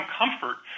comfort